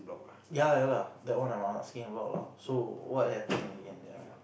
ya lah ya lah that one I'm asking about lah so what happen in the end ya